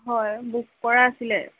হয় বুক কৰা আছিলে